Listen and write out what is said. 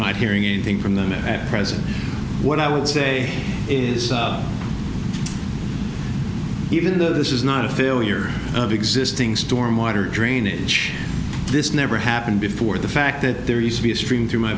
not hearing anything from them at present what i would say is even though this is not a failure of existing stormwater drainage this never happened before the fact that there used to be a stream through my